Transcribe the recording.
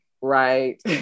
right